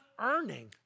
earning